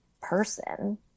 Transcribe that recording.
person